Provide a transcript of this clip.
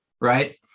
right